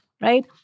right